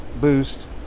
boost